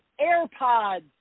AirPods